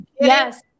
yes